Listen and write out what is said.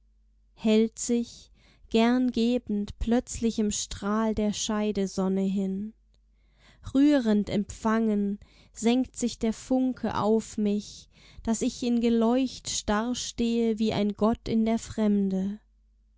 hält sich gern gebend plötzlichem strahl der scheidesonne hin rührend empfangen senkt sich der funke auf mich daß ich in geleucht starr stehe wie ein gott in der fremde